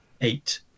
eight